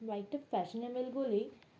বয়াইটটা fashionable বলে